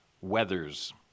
weathers